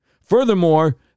Furthermore